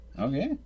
Okay